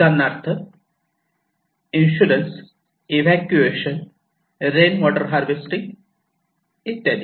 उदाहरणार्थ insurance evacuations rain water harvesting इत्यादी